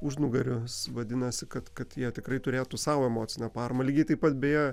užnugaris vadinasi kad kad jie tikrai turėtų savo emocinę paramą lygiai taip pat beje